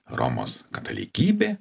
romos katalikybė